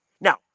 Now